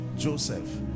joseph